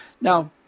now